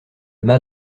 mât